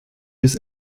bis